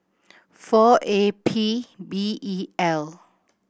four A P B E L